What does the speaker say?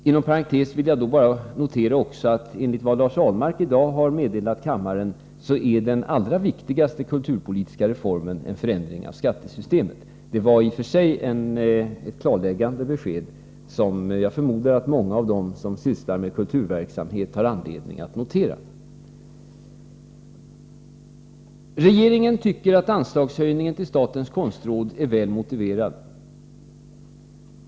Inom parentes vill jag bara notera, att enligt vad Lars Ahlmark i dag har meddelat kammaren är den allra viktigaste kulturpolitiska reformen en förändring av skattesystemet. Det var ett i och för sig klarläggande besked, som jag förmodar att många av dem som sysslar med kulturverksamhet har anledning att notera. Regeringen tycker att höjningen av anslaget till statens konstråd är väl motiverad.